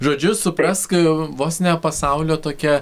žodžiu suprask vos ne pasaulio tokia